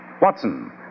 Watson